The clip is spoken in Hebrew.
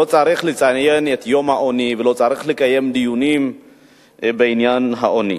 לא צריך לציין את יום העוני ולא צריך לקיים דיונים בעניין העוני.